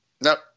nope